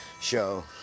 show